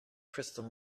crystal